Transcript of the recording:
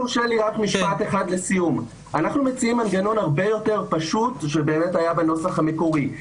אנחנו מציעים מנגנון הרבה יותר פשוט שהיה באמת בנוסח המקורי.